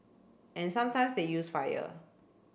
and sometimes they use fire